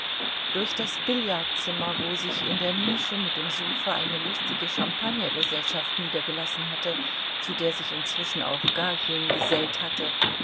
durch das billardzimmer wo sich in der nische mit dem sofa eine lustige champagnergesellschaft niedergelassen hatte zu der sich inzwischen auch gagin gesellt hatte